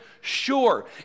sure